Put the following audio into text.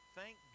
thank